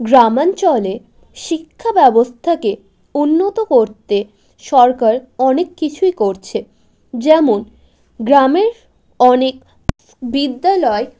গ্রামাঞ্চলে শিক্ষাব্যবস্থাকে উন্নত করতে সরকার অনেক কিছুই করছে যেমন গ্রামের অনেক বিদ্যালয়